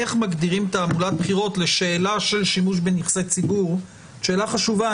איך מגדירים תעמולת בחירות לשאלה של שימוש בנכסי ציבור היא שאלה חשובה,